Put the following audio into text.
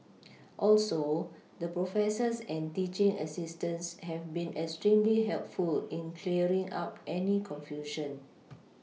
also the professors and teaching assistants have been extremely helpful in clearing up any confusion